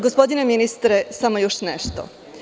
Gospodine ministre, samo još nešto.